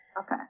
Okay